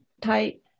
tight